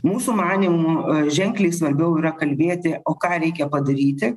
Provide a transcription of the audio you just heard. mūsų manymu ženkliai svarbiau yra kalbėti o ką reikia padaryti